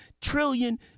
trillion